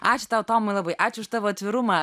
ačiū tau tomai labai ačiū už tavo atvirumą